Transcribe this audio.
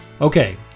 Okay